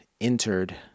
entered